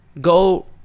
go –